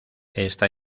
está